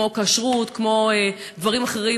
כמו כשרות או דברים אחרים,